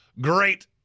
great